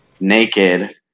naked